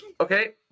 Okay